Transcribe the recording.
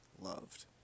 loved